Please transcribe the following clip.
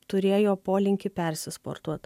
turėjo polinkį persisportuot